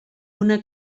una